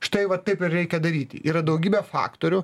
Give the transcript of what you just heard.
štai va taip ir reikia daryti yra daugybė faktorių